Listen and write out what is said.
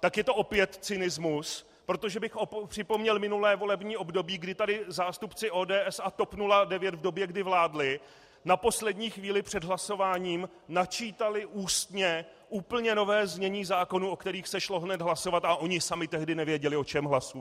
tak je to opět cynismus, protože bych připomněl minulé volební období, kdy tady zástupci ODS a TOP 09 v době, kdy vládli, na poslední chvíli před hlasováním načítali ústně úplně nové znění zákonů, o kterých se šlo hned hlasovat, a oni sami tehdy nevěděli, o čem hlasují.